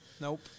Nope